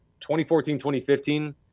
2014-2015